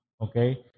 okay